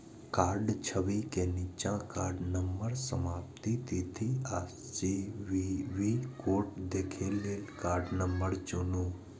कार्डक छवि के निच्चा कार्ड नंबर, समाप्ति तिथि आ सी.वी.वी कोड देखै लेल कार्ड नंबर चुनू